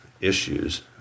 issues